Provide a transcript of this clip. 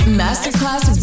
masterclass